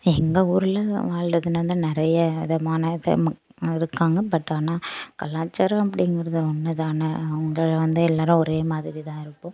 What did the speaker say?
எங்கள் ஊரில் வாழுறதுனா வந்து நிறைய விதமான இது இருக்காங்க பட் ஆனால் கலாச்சாரம் அப்படிங்கிறது ஒன்றுதான அவங்க வந்து எல்லோரும் ஒரே மாதிரி தான் இருப்போம்